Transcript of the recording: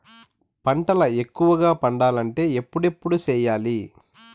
పంటల ఎక్కువగా పండాలంటే ఎప్పుడెప్పుడు సేయాలి?